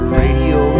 radio